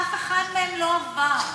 אף אחד מהם לא עבר.